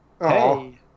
Hey